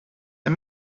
the